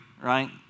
right